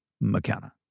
McKenna